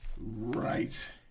right